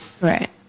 Right